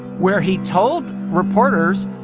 where he told reporters,